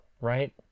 right